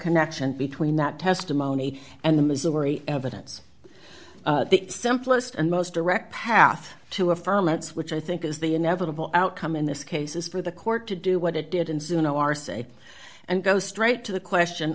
connection between that testimony and the missouri evidence the simplest and most direct path to affirm that switch i think is the inevitable outcome in this case is for the court to do what it did and soon our say and go straight to the question